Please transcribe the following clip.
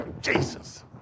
Jesus